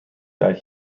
that